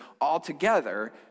altogether